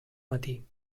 matí